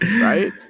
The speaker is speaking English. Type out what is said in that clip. right